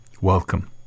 Welcome